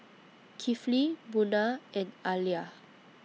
Kifli Munah and Alya